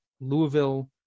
Louisville